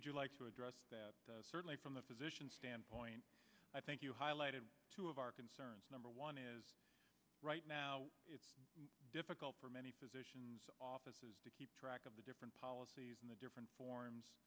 would you like to address certainly from the physician standpoint i think you highlighted two of our concerns number one is right now it's difficult for many physicians offices to keep track of the different policies in the different forms